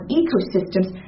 ecosystems